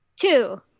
two